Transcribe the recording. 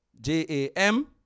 J-A-M